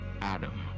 Adam